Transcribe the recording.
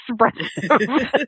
expressive